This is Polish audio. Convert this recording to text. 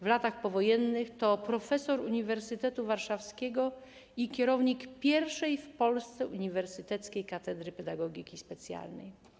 W latach powojennych była profesorem Uniwersytetu Warszawskiego i kierownikiem pierwszej w Polsce uniwersyteckiej katedry pedagogiki specjalnej.